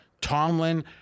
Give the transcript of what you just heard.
Tomlin